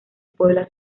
puebla